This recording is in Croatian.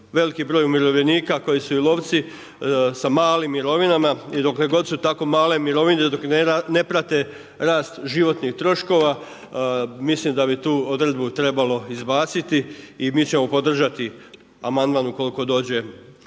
veliki broj umirovljenika koji su i lovci sa malim mirovinama. I dokle god su tako male mirovine, dok ne prate rast životnih troškova, mislim da bi tu odredbu trebalo izbaciti i mi ćemo podržati amandman ukoliko dođe